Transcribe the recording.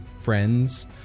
friends